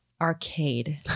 arcade